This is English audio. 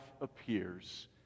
appears